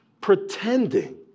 pretending